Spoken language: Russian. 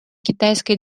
китайская